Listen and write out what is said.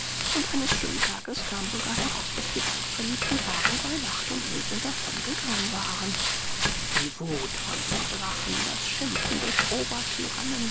und eines schönen tages kam sogar heraus daß die beiden verliebten paare bei nacht und nebel davongegangen waren die wut von dem drachen das schimpfen des